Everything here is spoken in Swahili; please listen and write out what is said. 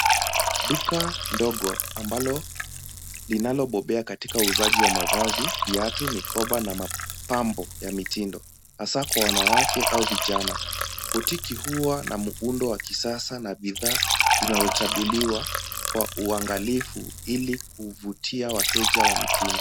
Duka ndogo ambalo linalo bombea katika uuzaji wa mavazi, viatu, mikoba na mapambo ya mitindo hasa kwa wanawake na vijana. Botiki huwa na muundo wa kisasa na bidhaa zinazochaguliwa kwa uangalifu ili kuuvutia wateja wa mtindo.